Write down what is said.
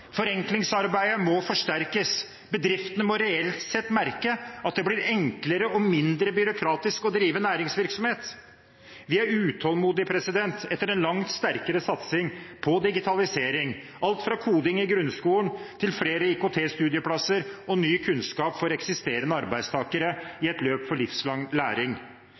Forenklingsarbeidet må forsterkes, bedriftene må reelt sett merke at det blir enklere og mindre byråkratisk å drive næringsvirksomhet. Vi er utålmodige etter en langt sterkere satsing på digitalisering – alt fra koding i grunnskolen til flere IKT-studieplasser og ny kunnskap for eksisterende arbeidstakere, i et løp for livslang læring.